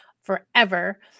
forever